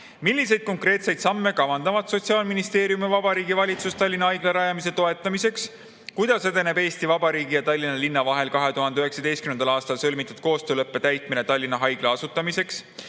Milliseid konkreetseid samme kavandavad Sotsiaalministeerium ja Vabariigi Valitsus Tallinna Haigla rajamise toetamiseks? Kuidas edeneb Eesti Vabariigi ja Tallinna linna vahel 2019. aastal sõlmitud koostööleppe täitmine Tallinna Haigla asutamiseks?